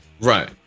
Right